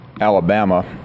Alabama